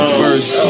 first